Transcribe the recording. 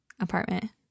apartment